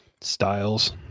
styles